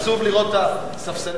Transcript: עצוב לראות את הספסלים,